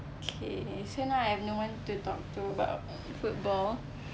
okay so now I have no one to talk to about football